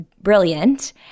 brilliant